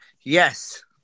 Yes